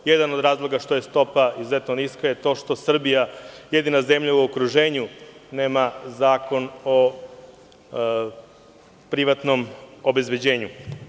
Jedan od razloga što je stopa izuzetno niska je to što je Srbija jedina zemlja u okruženju koja nema zakon o privatnom obezbeđenju.